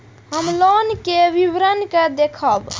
हम लोन के विवरण के देखब?